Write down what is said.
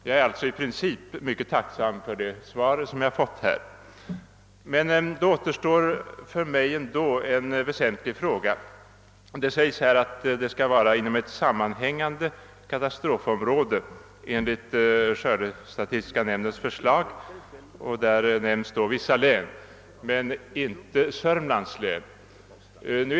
Jag är alltså i princip mycket tacksam för det svar som jag fått. Emellertid återstår för mig ändå en väsentlig fråga. Det sägs i svaret att det enligt skördestatistiska nämndens förslag skall gälla ett sammanhängande katastrofområde. Därvid nämns vissa län men inte Södermanlands län.